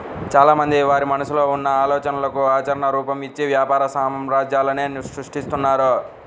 చాలామంది వారి మనసులో ఉన్న ఆలోచనలకు ఆచరణ రూపం, ఇచ్చి వ్యాపార సామ్రాజ్యాలనే సృష్టిస్తున్నారు